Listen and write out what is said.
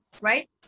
right